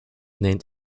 named